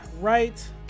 right